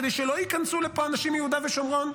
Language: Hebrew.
כדי שלא ייכנסו לפה אנשים מיהודה ושומרון,